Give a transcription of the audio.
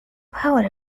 poet